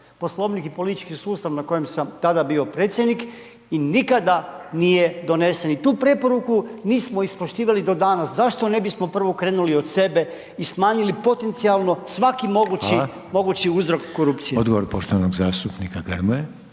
Poslovnik i politički sustav, na kojem sam tada bio predsjednik i nikada nije donesen i tu preporuku nismo ispoštivali do danas. Zašto ne bismo prvo krenuli od sebe i smanjili potencijalno svaki mogući uzrok korupcije. **Reiner,